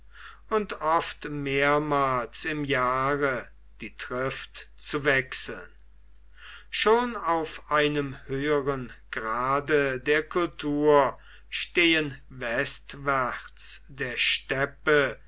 und oft mehrmals im jahre die trift zu wechseln schon auf einem höheren grade der kultur stehen westwärts der steppe